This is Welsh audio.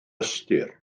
ystyr